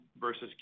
versus